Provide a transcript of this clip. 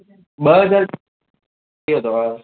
ॿ हज़ार थी वियो अथव